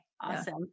awesome